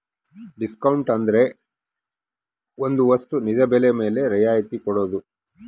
discount ಅಂದ್ರೆ ಒಂದ್ ವಸ್ತು ನಿಜ ಬೆಲೆ ಮೇಲೆ ರಿಯಾಯತಿ ಕೊಡೋದು